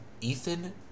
Ethan